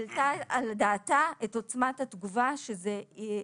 העלתה על דעתה את עוצמת התגובה שזה יגרור.